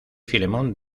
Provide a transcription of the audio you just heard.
filemón